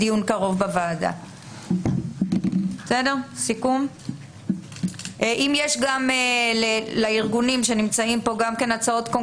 אם יש לארגונים שנמצאים פה הצעות קונקרטיות שאתם רוצים להעלות על הכתב,